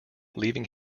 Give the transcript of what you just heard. leaving